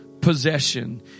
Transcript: possession